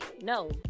no